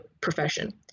profession